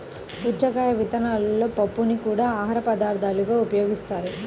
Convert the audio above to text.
పుచ్చకాయ విత్తనాలలోని పప్పుని కూడా ఆహారపదార్థంగా ఉపయోగిస్తారు